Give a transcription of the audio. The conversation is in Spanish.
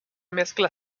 mezcla